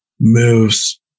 moves